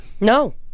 No